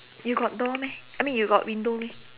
you got door meh I mean you got window meh